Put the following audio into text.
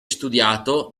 studiato